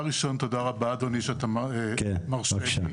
תודה רבה, חבר הכנסת יבגני סובה.